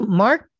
mark